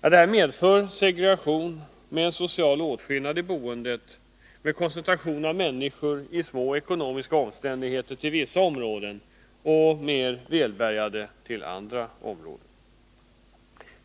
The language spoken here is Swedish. Detta medför segregation, en social åtskillnad av boendet med koncentration av människor i små ekonomiska omständigheter till vissa områden och mer välbärgade till andra.